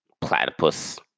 platypus